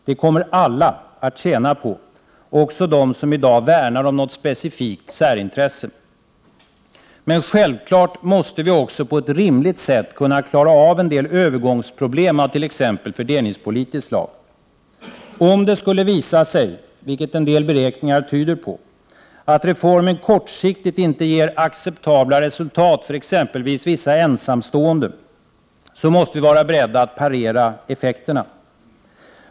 Det kommer alla att tjäna på, också de som i dag värnar om något specifikt särintresse. Men självklart måste vi också på ett rimligt sätt kunna klara en del övergångsproblem av t.ex. fördelningspolitiskt slag. Om det skulle visa sig, vilket en del beräkningar tyder på, att reformen kortsiktigt inte ger acceptabla resultat för exempelvis vissa ensamstående, måste vi vara beredda att parera de effekterna.